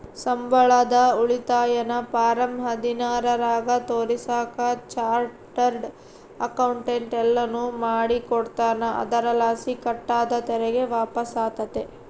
ಸಂಬಳದ ಉಳಿತಾಯನ ಫಾರಂ ಹದಿನಾರರಾಗ ತೋರಿಸಾಕ ಚಾರ್ಟರ್ಡ್ ಅಕೌಂಟೆಂಟ್ ಎಲ್ಲನು ಮಾಡಿಕೊಡ್ತಾರ, ಅದರಲಾಸಿ ಕಟ್ ಆದ ತೆರಿಗೆ ವಾಪಸ್ಸಾತತೆ